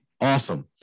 awesome